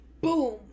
Boom